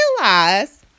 realize